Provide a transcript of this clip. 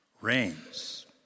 reigns